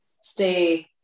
stay